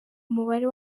umubare